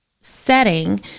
setting